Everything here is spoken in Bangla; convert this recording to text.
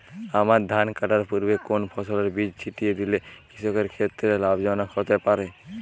আমন ধান কাটার পূর্বে কোন ফসলের বীজ ছিটিয়ে দিলে কৃষকের ক্ষেত্রে লাভজনক হতে পারে?